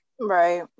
right